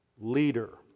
leader